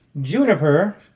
Juniper